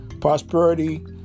prosperity